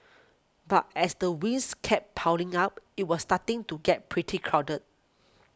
but as the ways kept piling up it was starting to get pretty crowded